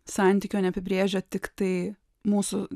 santykio neapibrėžia tiktai mūsų